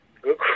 good